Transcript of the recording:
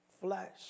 flesh